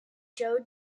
joe